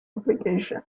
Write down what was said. obligation